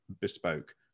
bespoke